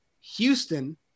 Houston